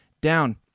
Down